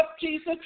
Jesus